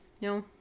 no